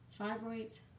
fibroids